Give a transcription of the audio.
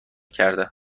کرده